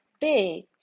big